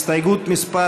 הסתייגות מס'